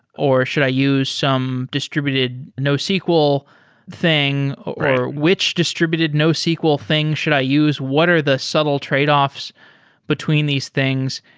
or should i use some distributed nosql thing, or which distributed nosql thing should i use? what are the subtle tradeoffs between these things?